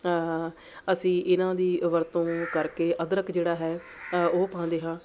ਅਸੀਂ ਇਹਨਾਂ ਦੀ ਵਰਤੋਂ ਕਰਕੇ ਅਦਰਕ ਜਿਹੜਾ ਹੈ ਉਹ ਪਾਉਂਦੇ ਹਾਂ